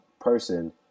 person